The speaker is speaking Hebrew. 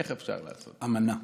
איך אפשר לעשות, אמנה.